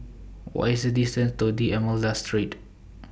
What IS The distance to D'almeida Street